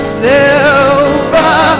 silver